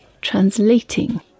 translating